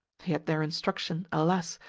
yet their instruction, alas!